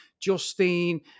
Justine